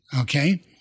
okay